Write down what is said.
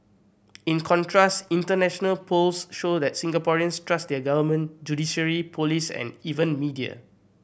in contrast international polls show that Singaporeans trust their government judiciary police and even media